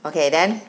okay then